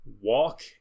walk